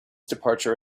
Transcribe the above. departure